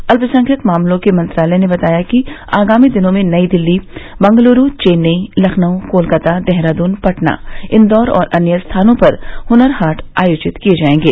अल्पसंख्यक मामलों के मंत्रालय ने बताया कि आगामी दिनों में नई दिल्ली बेंग्लूर चेन्नई लखनऊ कोलकाता देहरादून पटना इंदौर और अन्य स्थानों पर हनर हाट आयोजित किए जाएगे